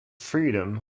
freedom